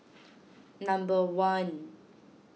number one